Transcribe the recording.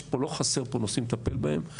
לא חסר פה נושאים לטפל בהם,